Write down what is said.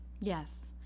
Yes